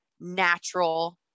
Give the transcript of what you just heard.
natural